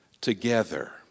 together